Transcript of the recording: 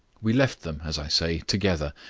we left them, as i say, together,